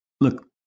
look